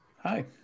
hi